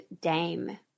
Dame